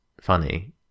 funny